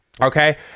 okay